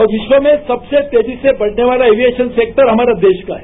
और विश्व में सबसे तेजी से बढ़ने वालाएविएशन सैक्टर हमारा देश का है